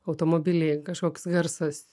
automobiliai kažkoks garsas